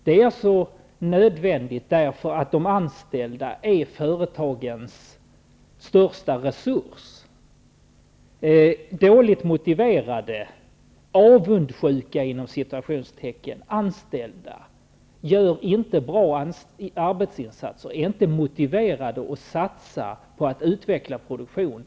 Den är nödvändig därför att de anställda är företagens största resurs. Dåligt motiverade, ''avundsjuka'' anställda gör inte bra arbetsinsatser, är inte inställda på att utveckla produktionen.